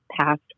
passed